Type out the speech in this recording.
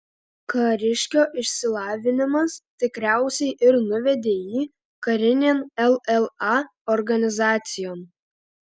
kariškio išsilavinimas tikriausiai ir nuvedė jį karinėn lla organizacijon